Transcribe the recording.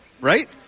right